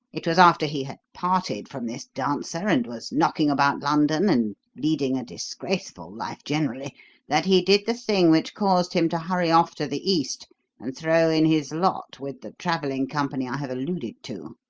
it was after he had parted from this dancer and was knocking about london and leading a disgraceful life generally that he did the thing which caused him to hurry off to the east and throw in his lot with the travelling company i have alluded to.